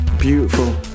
beautiful